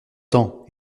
temps